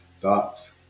thoughts